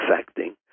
affecting